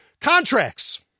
Contracts